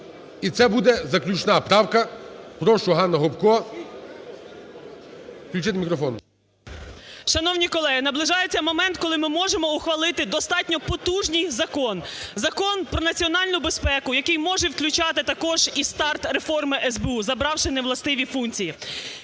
І це буде заключна правка, прошу, Ганна Гопко. Включіть мікрофон. 12:51:06 ГОПКО Г.М. Шановні колеги, наближається момент, коли ми можемо ухвалити достатньо потужний закон, Закон про національну безпеку, який може включати також і старт реформи СБУ, забравши невластиві функції.